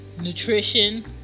nutrition